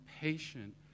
patient